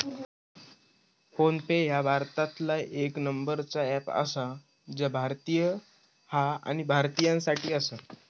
phone पे ह्या भारतातला येक नंबरचा अँप आसा जा भारतीय हा आणि भारतीयांसाठी आसा